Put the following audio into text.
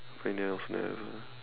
when you have never